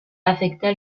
affecta